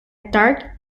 dark